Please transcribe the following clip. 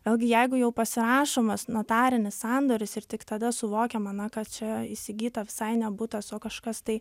vėlgi jeigu jau pasirašomas notarinis sandoris ir tik tada suvokiama na kad čia įsigyta visai ne butas o kažkas tai